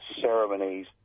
ceremonies